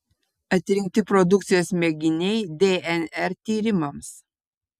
atrinkti produkcijos mėginiai dnr tyrimams